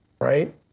right